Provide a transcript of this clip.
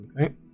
Okay